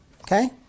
Okay